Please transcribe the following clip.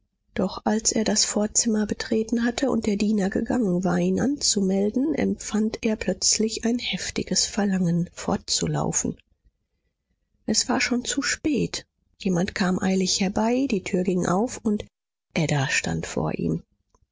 doch als er das vorzimmer betreten hatte und der diener gegangen war ihn anzumelden empfand er plötzlich ein heftiges verlangen fortzulaufen es war schon zu spät jemand kam eilig herbei die tür ging auf und ada stand vor ihm